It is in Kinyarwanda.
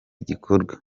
gikorwa